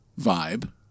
vibe